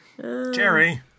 Jerry